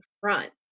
front